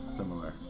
similar